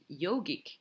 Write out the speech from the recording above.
yogic